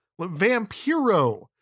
Vampiro